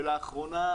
ולאחרונה,